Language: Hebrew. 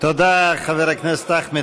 מכאן ומשם,